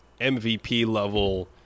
MVP-level